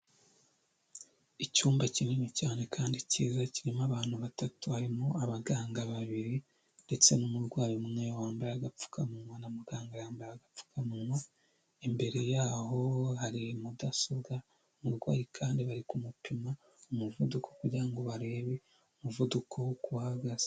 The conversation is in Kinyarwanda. Icyumba kinini cyane kandi cyiza kirimo abantu batatu harimo abaganga babiri ndetse n'umurwayi umwe wambaye agapfukamunwa na muganga yambaye agapfukamunwa, imbere yaho hari mudasobwa, umurwayi kandi bari kumupima umuvuduko kugira ngo barebe umuvuduko uko uhagaze.